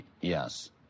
Yes